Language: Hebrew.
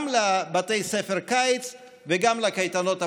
גם לבתי ספר קיץ וגם לקייטנות הפרטיות.